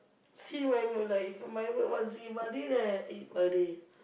see my mood lah if my mood wants to eat Vada then I eat Vada